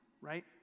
right